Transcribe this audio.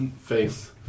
face